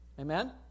Amen